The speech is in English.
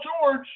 George